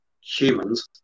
humans